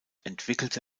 entwickelte